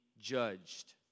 judged